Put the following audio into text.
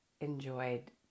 enjoyed